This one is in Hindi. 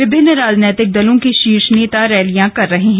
विभिन्न राजनीतिक दलों के शीर्ष नेता रैलियां कर रहे हैं